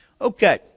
Okay